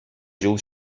ҫул